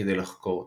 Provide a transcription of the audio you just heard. כדי לחקור אותה.